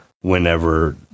whenever